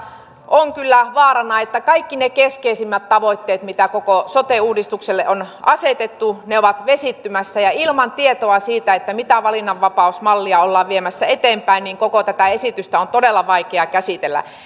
on kyllä vaarana että kaikki ne keskeisimmät tavoitteet mitä koko sote uudistukselle on asetettu ovat vesittymässä ja ilman tietoa siitä mitä valinnanvapausmallia ollaan viemässä eteenpäin koko tätä esitystä on todella vaikea käsitellä